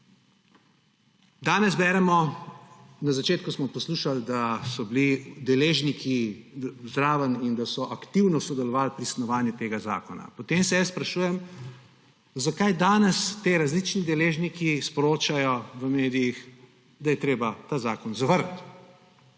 Danes beremo, na začetku smo poslušali, da so bili deležniki zraven in da so aktivno sodelovali pri snovanju tega zakona. Potem se sprašujem, zakaj danes ti različni deležniki sporočajo v medijih, da je treba ta zakon zavrniti.